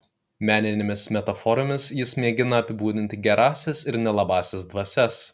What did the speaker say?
meninėmis metaforomis jis mėgina apibūdinti gerąsias ir nelabąsias dvasias